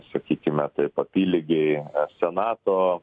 sakykime taip apylygiai senato